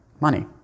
money